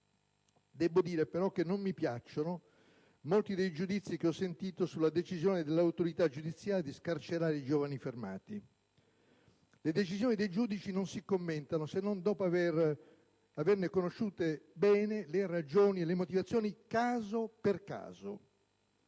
Debbo dire però che non mi piacciono molti dei giudizi che ho sentito sulla decisione dell'autorità giudiziaria di scarcerare i giovani fermati. Le decisioni dei giudici non si commentano, se non dopo averne conosciuto bene le ragioni e le motivazioni, caso per caso.